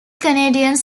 canadians